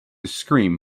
scream